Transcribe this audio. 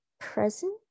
present